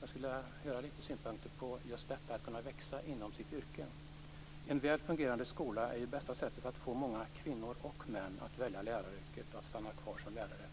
Jag skulle vilja höra lite synpunkter på detta att kunna växa inom sitt yrke. En väl fungerande skola är det bästa sättet att få många kvinnor och män att välja läraryrket och stanna kvar som lärare.